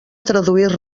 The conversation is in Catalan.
traduir